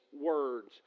words